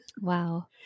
Wow